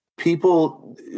People